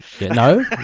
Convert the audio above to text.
No